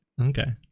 Okay